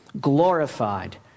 Glorified